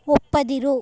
ಒಪ್ಪದಿರು